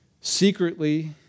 secretly